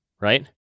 right